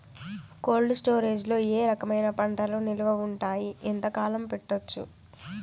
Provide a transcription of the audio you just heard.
Cold storage లో ఏ రకమైన పంటలు నిలువ ఉంటాయి, ఎంతకాలం పెట్టొచ్చు?